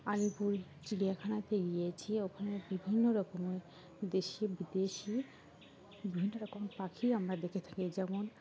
আলিপুর চিড়িয়াখানাতে গিয়েছি ওখানে বিভিন্ন রকমের দেশি বিদেশি বিভিন্ন রকম পাখি আমরা দেখে থাকি যেমন